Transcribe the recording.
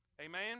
Amen